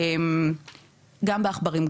גם בעכברים,